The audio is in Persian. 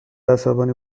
عصبانی